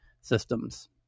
systems